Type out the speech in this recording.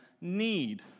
need